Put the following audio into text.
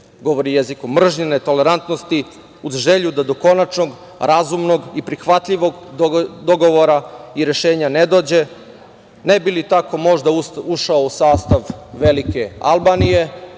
govori jezikom mržnje, netolerantnosti, uz želju da do konačnog, razumnog i prihvatljivog dogovora i rešenja ne dođe, ne bi li tako možda ušao u sastav velike Albanije